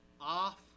off